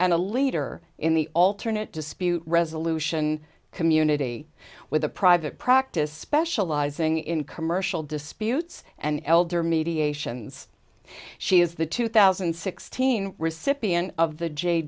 and a leader in the alternate dispute resolution community with a private practice specializing in commercial disputes and elder mediations she is the two thousand and sixteen recipient of the j